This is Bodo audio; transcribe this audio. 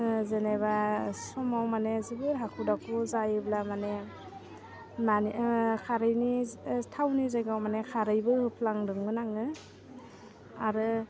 जेनेबा समाव माने जोबोर हाखु दाखु जायोब्ला माने खारैनि थावनि जायगायाव माने खारैबो होफ्लांदोंमोन आङो आरो